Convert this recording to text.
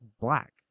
black